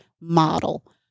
model